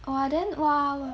oh then !wah!